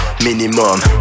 Minimum